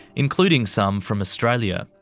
including some from australia.